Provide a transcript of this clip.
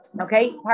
okay